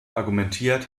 argumentiert